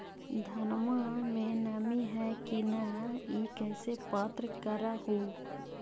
धनमा मे नमी है की न ई कैसे पात्र कर हू?